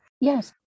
Yes